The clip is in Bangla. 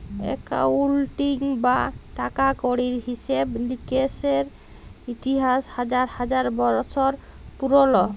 একাউলটিং বা টাকা কড়ির হিসেব লিকেসের ইতিহাস হাজার হাজার বসর পুরল